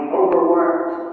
overworked